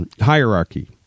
hierarchy